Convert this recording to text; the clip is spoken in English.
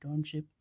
internship